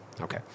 Okay